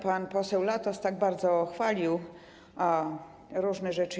Pan poseł Latos tak bardzo chwalił różne rzeczy.